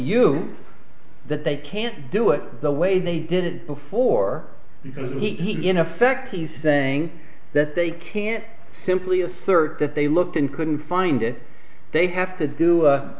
you that they can't do it the way they did it before because he in effect he's saying that they can't simply assert that they looked and couldn't find it they have to do